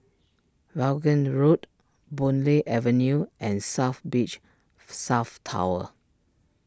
Vaughan Road Boon Lay Avenue and South Beach South Tower